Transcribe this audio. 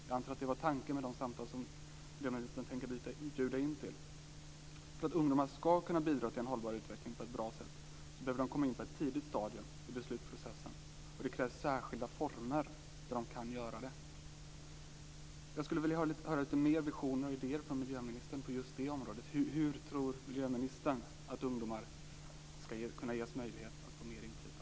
Jag antar att det var tanken med de samtal som miljöministern tänker bjuda in till. För att ungdomar skall kunna bidra till en hållbar utveckling på ett bra sätt behöver de komma in på ett tidigt stadium i beslutsprocessen, och det krävs särskilda former för hur de kan göra det. Jag skulle vilja höra lite mer visioner och idéer från miljöministern på just det området. Hur tror miljöministern att ungdomar skall kunna ges möjlighet att få mer inflytande?